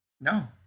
No